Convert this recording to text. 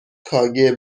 kgb